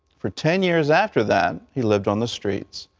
for ten years after that, he lived on the streets.